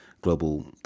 global